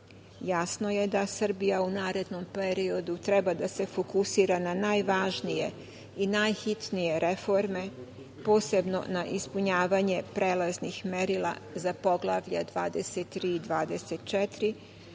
prava. Jasno je da Srbija u narednom periodu treba da se fokusira na najvažnije i najhitnije reforme, posebno na ispunjavanje prelaznih merila za Poglavlje 23 i 24,